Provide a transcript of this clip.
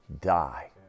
Die